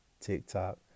TikTok